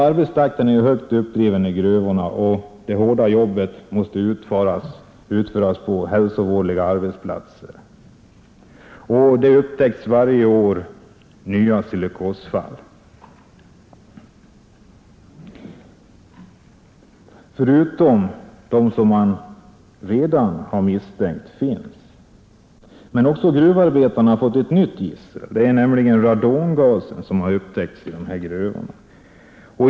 Arbetstakten är högt uppdriven i gruvorna, och det hårda jobbet måste utföras på hälsovådliga arbetsplatser, där det varje år upptäcks nya fall av silikos — förutom de misstänkta fall som redan finns. Men gruvarbetarna har också fått ett nytt gissel, nämligen den radongas som nu har konstaterats i gruvorna.